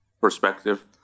perspective